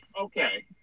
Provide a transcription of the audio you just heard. okay